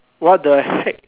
what the heck